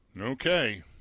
Okay